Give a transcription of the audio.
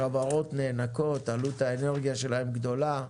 חברות נאנקות, עלות האנרגיה שלהן גדולה.